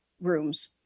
rooms